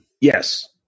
Yes